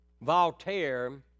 Voltaire